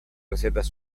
recetas